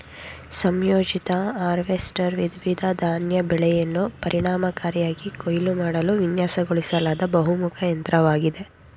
ಸಂಯೋಜಿತ ಹಾರ್ವೆಸ್ಟರ್ ವಿವಿಧ ಧಾನ್ಯ ಬೆಳೆಯನ್ನು ಪರಿಣಾಮಕಾರಿಯಾಗಿ ಕೊಯ್ಲು ಮಾಡಲು ವಿನ್ಯಾಸಗೊಳಿಸಲಾದ ಬಹುಮುಖ ಯಂತ್ರವಾಗಿದೆ